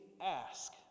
ask